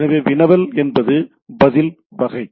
எனவே வினவல் என்பது பதில் வகை